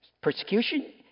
persecution